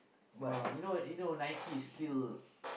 but you know you know Nike is still